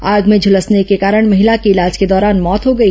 आग में झुलसने के कारण महिला की इलाज के दौरान मौत हो गई